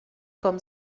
comme